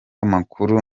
amakuru